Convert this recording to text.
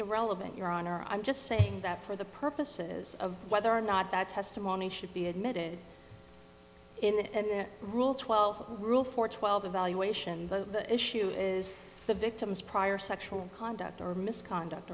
irrelevant your honor i'm just saying that for the purposes of whether or not that testimony should be admitted in the rule twelve rule for twelve evaluation the issue is the victim's prior sexual conduct or misconduct